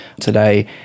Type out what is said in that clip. today